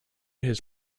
his